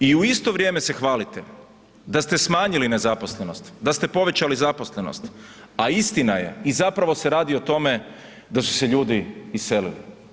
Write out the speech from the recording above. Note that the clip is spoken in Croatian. I u isto vrijeme se hvalite da ste smanjili nezaposlenost, da ste povećali zaposlenost, a istina je i zapravo se radi o tome da su se ljudi iselili.